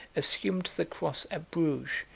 assumed the cross at bruges,